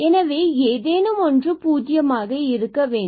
எனவே ஏதேனும் ஒன்று 0 ஆக இருக்க வேண்டும்